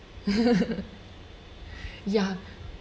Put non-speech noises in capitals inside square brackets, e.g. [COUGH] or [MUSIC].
[LAUGHS] ya